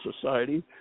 Society